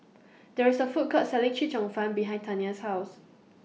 There IS A Food Court Selling Chee Cheong Fun behind Tania's House